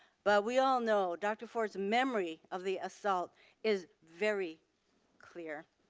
but we all know dr. ford's memory of the assault is very clear.